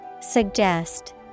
Suggest